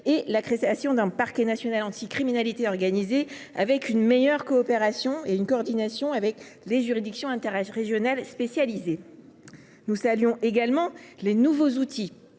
par la création d’un parquet national anti criminalité organisée, avec une meilleure coopération et une coordination avec les juridictions interrégionales spécialisées. Nous nous félicitons également des nouveaux outils